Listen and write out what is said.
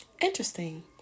interesting